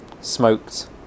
smoked